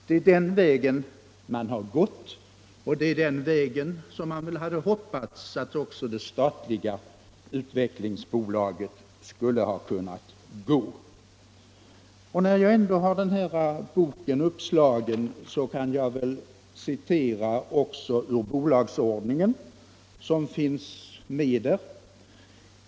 Det är den vägen Incentive har gått, och det är den vägen man hade hoppats att också det statliga utvecklingsbolaget skulle ha kunnat gå. När jag ändå har den här boken uppslagen kan jag citera ur bolagsordningen, som finns med där.